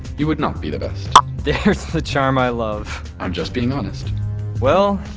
you would not be the best there's the charm i love i'm just being honest well,